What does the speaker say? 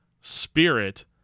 spirit